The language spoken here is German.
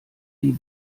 die